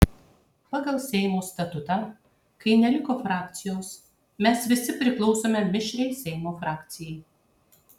pagal seimo statutą kai neliko frakcijos mes visi priklausome mišriai seimo frakcijai